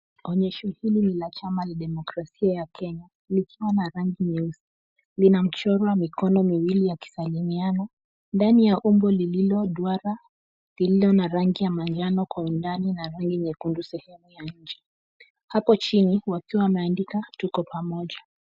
Onyesho hili ni la chama la Demokrasia ya Kenya, likiwa na rangi nyeusi. Lina mchoro wa mikono miwili ya kusalimiana. Ndani ya umbo lililo duara, lililo na rangi ya manjano kwa undani na rangi nyekundu sehemu ya nje. Hapo chini, wakiwa wameandika tuko pamoja.